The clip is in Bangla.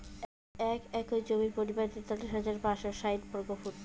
এক একর জমির পরিমাণ তেতাল্লিশ হাজার পাঁচশ ষাইট বর্গফুট